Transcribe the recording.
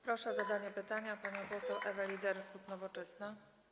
Proszę o zadanie pytania panią poseł Ewę Lieder, klub Nowoczesna.